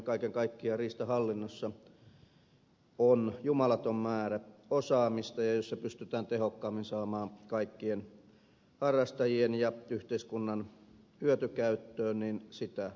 kaiken kaikkiaan riistahallinnossa on jumalaton määrä osaamista ja jos se pystytään tehokkaammin saamaan kaikkien harrastajien ja yhteiskunnan hyötykäyttöön sitä parempi